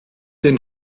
den